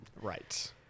right